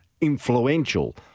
influential